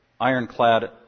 ironclad